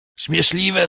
śmieszliwe